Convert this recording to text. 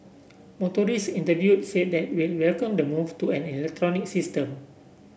motorists interviewed said welcome the move to an electronic system